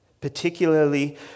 particularly